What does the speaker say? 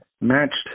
matched